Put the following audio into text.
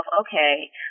okay